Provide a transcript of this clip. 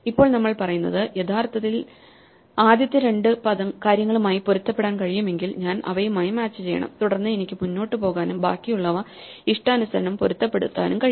ഇപ്പോൾ നമ്മൾ പറയുന്നത് യഥാർത്ഥത്തിൽ ആദ്യത്തെ രണ്ട് കാര്യങ്ങളുമായി പൊരുത്തപ്പെടാൻ കഴിയുമെങ്കിൽ ഞാൻ അവയുമായി മാച്ച് ചെയ്യണം തുടർന്ന് എനിക്ക് മുന്നോട്ട് പോകാനും ബാക്കിയുള്ളവ ഇഷ്ടാനുസരണം പൊരുത്തപ്പെടുത്താനും കഴിയും